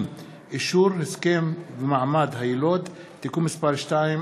(אישור הסכם ומעמד היילוד) (תיקון מס' 2),